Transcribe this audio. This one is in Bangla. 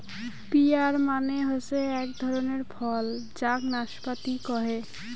পিয়ার মানে হসে আক ধরণের ফল যাক নাসপাতি কহে